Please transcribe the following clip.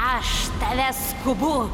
aš tave skubu